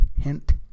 hint